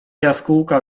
jaskółka